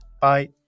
Bye